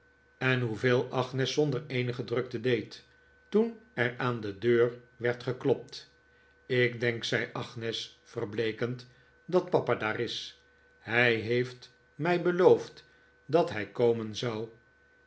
en hoeveel agnes zonder eenig drukte deed toen er aan de deur werd geklopt ik denk zei agnes verbleekend dat papa daar is hij heeft mij beloofd dat hij komen zou